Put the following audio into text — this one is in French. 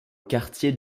quartier